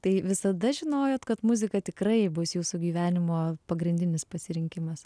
tai visada žinojot kad muzika tikrai bus jūsų gyvenimo pagrindinis pasirinkimas